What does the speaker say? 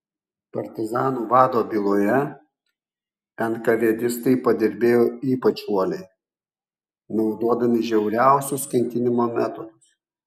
partizanų vado byloje enkavėdistai padirbėjo ypač uoliai naudodami žiauriausius kankinimo metodus